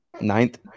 ninth